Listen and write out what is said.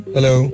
Hello